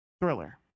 Thriller